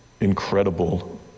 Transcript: incredible